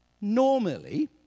Normally